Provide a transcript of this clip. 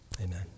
amen